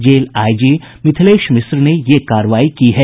jail IG Mithilesh Mishra ने ये कार्रवाई की है